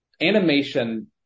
animation